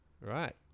right